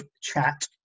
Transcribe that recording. chat